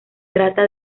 trata